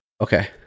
Okay